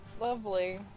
Lovely